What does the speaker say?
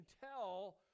tell